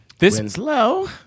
Winslow